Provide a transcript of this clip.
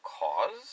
cause